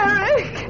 Eric